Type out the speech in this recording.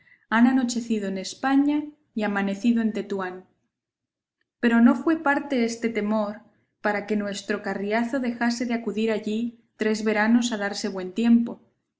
han anochecido en españa y amanecido en tetuán pero no fue parte este temor para que nuestro carriazo dejase de acudir allí tres veranos a darse buen tiempo